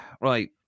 Right